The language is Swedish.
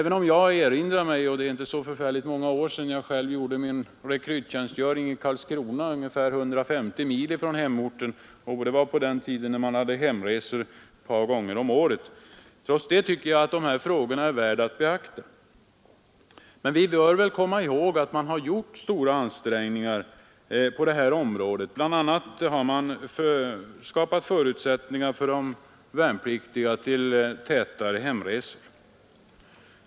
Det är visserligen inte så förfärligt många år sedan jag gjorde min rekryttjänstgöring i Karlskrona, ungefär 150 mil från hemorten, och på den tiden hade man hemresor ett par gånger om året. Trots det tycker jag dessa frågor är värda att beakta. Vi bör dock komma ihåg att stora ansträngningar har gjorts i detta avseende bl.a. för att ge de värnpliktiga ökade möjligheter till tätare hemresor.